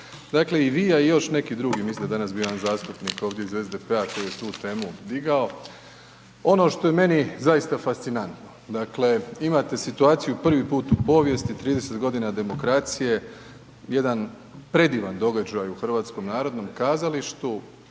Dakle, i vi, a i još neki drugi, mislim da je danas bio jedan zastupnik ovdje iz SDP-a koji je tu temu digao, ono što je meni zaista fascinantno, dakle imate situaciju prvi put u povijesti, 30.g. demokracije, jedan predivan događaj u HNK-u, tada predivan